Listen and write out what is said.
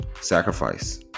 Sacrifice